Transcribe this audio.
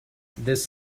this